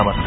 नमस्कार